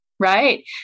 Right